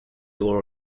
your